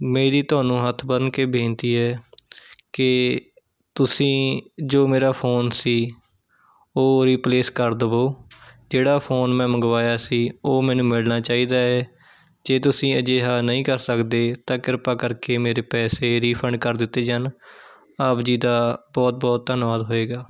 ਮੇਰੀ ਤੁਹਾਨੂੰ ਹੱਥ ਬੰਨ੍ਹ ਕੇ ਬੇਨਤੀ ਹੈ ਕਿ ਤੁਸੀਂ ਜੋ ਮੇਰਾ ਫ਼ੋਨ ਸੀ ਉਹ ਰੀਪਲੇਸ ਕਰ ਦੇਵੋ ਜਿਹੜਾ ਫ਼ੋਨ ਮੈਂ ਮੰਗਵਾਇਆ ਸੀ ਉਹ ਮੈਨੂੰ ਮਿਲਣਾ ਚਾਹੀਦਾ ਹੈ ਜੇ ਤੁਸੀਂ ਅਜਿਹਾ ਨਹੀਂ ਕਰ ਸਕਦੇ ਤਾਂ ਕ੍ਰਿਪਾ ਕਰਕੇ ਮੇਰੇ ਪੈਸੇ ਰੀਫੰਡ ਕਰ ਦਿੱਤੇ ਜਾਣ ਆਪ ਜੀ ਦਾ ਬਹੁਤ ਬਹੁਤ ਧੰਨਵਾਦ ਹੋਵੇਗਾ